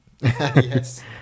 Yes